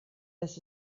das